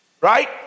right